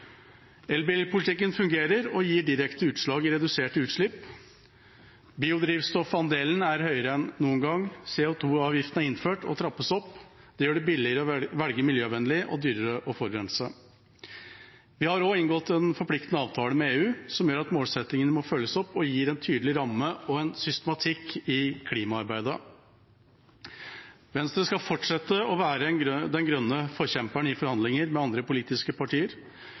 Elbilpolitikken fungerer og gir direkte utslag i form av reduserte utslipp. Biodrivstoffandelen er høyere enn noen gang. CO 2 -avgiften er innført og trappes opp. Det gjør det billigere å velge miljøvennlig og dyrere å forurense. Vi har også inngått en forpliktende avtale med EU som gjør at målsettingene må følges opp. Det gir en tydelig ramme og systematikk i klimaarbeidet. Venstre skal fortsette å være den grønne forkjemperen i forhandlinger med andre politiske partier.